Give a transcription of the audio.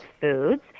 foods